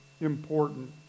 important